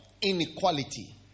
inequality